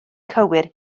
cywir